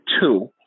two